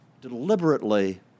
deliberately